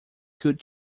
could